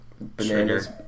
bananas